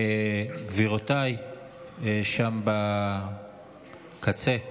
גבירותיי שם בקצה,